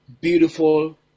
beautiful